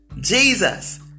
Jesus